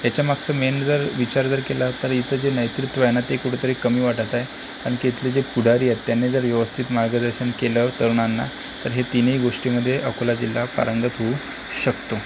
त्याच्या मागचा मेन जर विचार जर केला तर इथे जे नेतृत्व आहे ना ते कुठेतरी कमी वाटतं आहे आणि तिथले जे पुढारी आहेत त्यांनी जर व्यवस्थित मार्गदर्शन केलं तरुणांना तर हे तिन्ही गोष्टीमध्ये अकोला जिल्हा पारंगत होऊ शकतो